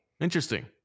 Interesting